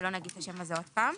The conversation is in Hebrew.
ולא נגיד את השם הזה עוד פעם,